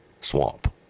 swamp